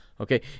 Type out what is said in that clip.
Okay